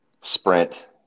sprint